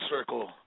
circle